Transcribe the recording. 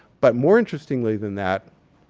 but more interestingly than that,